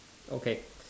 okay